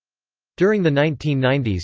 during the nineteen ninety s,